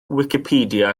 wicipedia